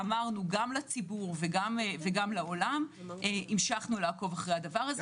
ואמרנו גם לציבור וגם לעולם המשכנו לעקוב אחרי זה.